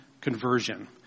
Conversion